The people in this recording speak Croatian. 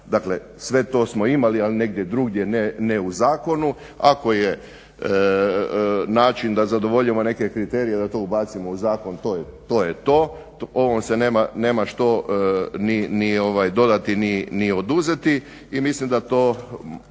Dakle sve to smo imali ali negdje drugdje ne u zakonu. Ako je način da zadovoljimo neke kriterije da to ubacimo u zakon to je to, ovom se nema što dodati ni oduzeti i mislim da to